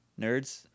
nerds